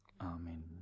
Amen